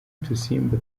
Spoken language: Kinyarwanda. udusimba